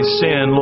sin